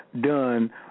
done